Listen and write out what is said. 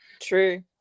true